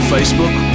Facebook